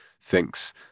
thinks